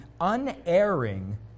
unerring